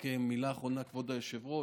רק מילה אחרונה, כבוד היושב-ראש: